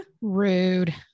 rude